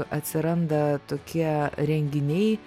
atsiranda tokie renginiai